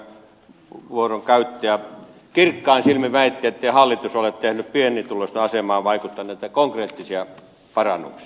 täällä sosialidemokraattien ryhmäpuheenvuoron käyttäjä kirkkain silmin väitti ettei hallitus ole tehnyt pienituloisten asemaan vaikuttaneita konkreettisia parannuksia